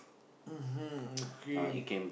mmhmm okay